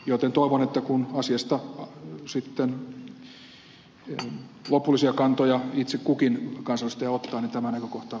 joten toivon että kun asiasta sitten lopullisia kantoja itse kukin kansanedustaja ottaa tämä kohta